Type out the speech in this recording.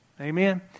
Amen